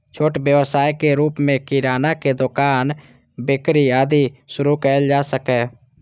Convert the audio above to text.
छोट व्यवसायक रूप मे किरानाक दोकान, बेकरी, आदि शुरू कैल जा सकैए